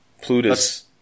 Plutus